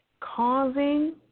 causing